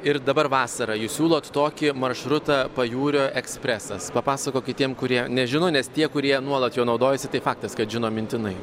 ir dabar vasarą jūs siūlot tokį maršrutą pajūrio ekspresas papasakokit tiem kurie nežino nes tie kurie nuolat juo naudojasi tai faktas kad žino mintinai